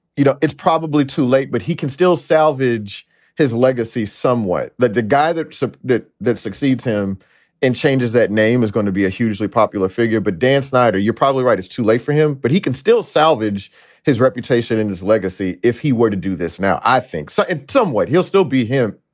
you know, it's probably too late, but he can still salvage his legacy somewhat. but the guy that so that that succeeds him in changes that name is going to be a hugely popular figure. but dan snyder, you're probably right. it's too late for him, but he can still salvage his reputation and his legacy. if he were to do this now, i think so it's somewhat he'll still be him.